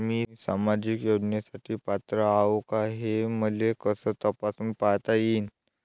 मी सामाजिक योजनेसाठी पात्र आहो का, हे मले कस तपासून पायता येईन?